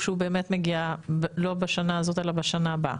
שהוא מגיע לא בשנה הזאת אלא בשנה הבאה.